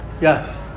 yes